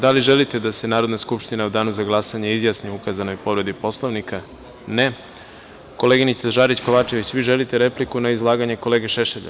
Da li želite da se Narodna skupština u Danu za glasanje izjasni o ukazanoj povredi Poslovnika? (Ne.) Koleginice Žarić Kovačević, vi želite repliku na izlaganje kolege Šešelja?